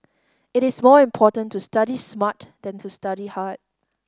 it is more important to study smart than to study hard